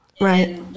right